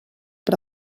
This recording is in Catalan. per